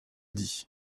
dit